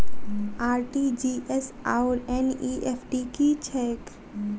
RTGS आओर NEFT की छैक?